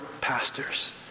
pastors